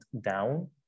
down